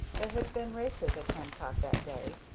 there had been races at hancock that day,